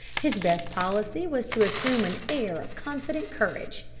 his best policy was to assume an air of confident courage.